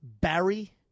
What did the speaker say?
Barry